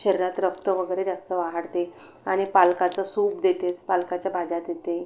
शरीरात रक्त वगैरे जास्त वाढते आणि पालकाचं सूप देतेच पालकाच्या भाज्या देते